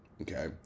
Okay